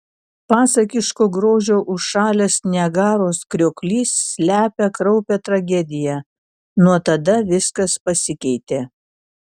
pasakiško grožio užšalęs niagaros krioklys slepia kraupią tragediją nuo tada viskas pasikeitė